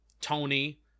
Tony